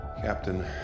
Captain